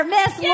Miss